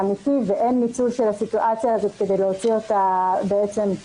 אמיתי ואין ניצול של הסיטואציה הזאת כדי להוציא אותה מהתעסוקה,